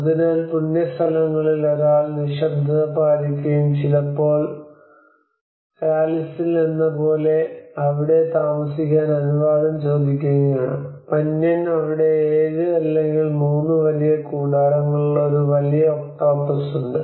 അതിനാൽ പുണ്യസ്ഥലങ്ങളിൽ ഒരാൾ നിശബ്ദത പാലിക്കുകയും ചിലപ്പോൾ കാലിസിലെന്നപോലെ അവിടെ താമസിക്കാൻ അനുവാദം ചോദിക്കുകയും വേണം പന്യൻ അവിടെ 7 അല്ലെങ്കിൽ 3 വലിയ കൂടാരങ്ങളുള്ള ഒരു വലിയ ഒക്ടോപസ് ഉണ്ട്